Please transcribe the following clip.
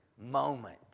moment